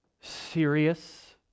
serious